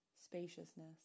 spaciousness